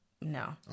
No